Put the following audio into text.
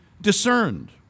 discerned